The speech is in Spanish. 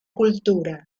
cultura